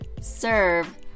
serve